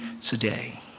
today